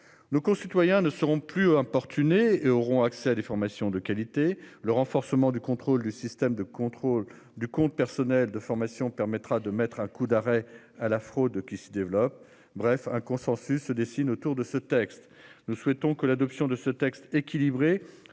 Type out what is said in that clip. Nos concitoyens ne seront plus importuné auront accès à des formations de qualité, le renforcement du contrôle du système de contrôle du compte personnel de formation permettra de mettre un coup d'arrêt à la fraude qui se développe. Bref, un consensus se dessine autour de ce texte. Nous souhaitons que l'adoption de ce texte équilibré